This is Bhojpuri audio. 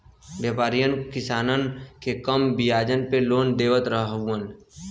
व्यापरीयन किसानन के कम बियाज पे लोन देवत हउवन